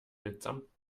mitsamt